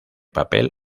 papel